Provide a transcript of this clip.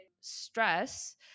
stress